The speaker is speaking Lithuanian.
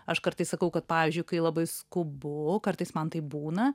aš kartais sakau kad pavyzdžiui kai labai skubu kartais man taip būna